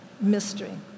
mystery